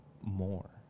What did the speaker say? More